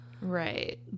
Right